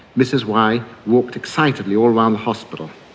mrs y walked excitedly all around the hospital,